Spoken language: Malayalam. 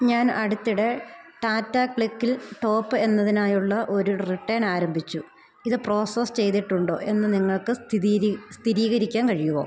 ഞാൻ അടുത്തിടെ ടാറ്റ ക്ലിക്കിൽ ടോപ്പ് എന്നതിനായുള്ള ഒര് റിട്ടേൺ ആരംഭിച്ചു ഇത് പ്രോസസ്സ് ചെയ്തിട്ടുണ്ടോ എന്ന് നിങ്ങൾക്ക് സ്ഥിതീരീ സ്ഥിരീകരിക്കാൻ കഴിയുവോ